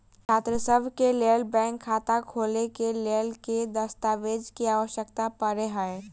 छात्रसभ केँ लेल बैंक खाता खोले केँ लेल केँ दस्तावेज केँ आवश्यकता पड़े हय?